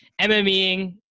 mmeing